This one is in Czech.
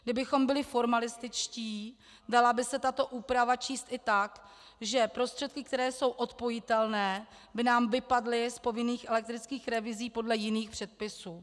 Kdybychom byli formalističtí, dala by se tato úprava číst i tak, že prostředky, které jsou odpojitelné, by nám vypadly z povinných elektrických revizí podle jiných předpisů.